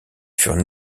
furent